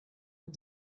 and